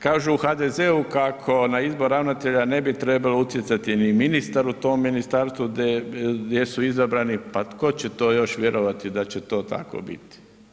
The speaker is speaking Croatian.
Kažu u HDZ-u kako na izbor ravnatelja ne bi trebao utjecati ni ministar u tom ministarstvu gdje su izabrani, pa tko će to još vjerovati da će to tako biti.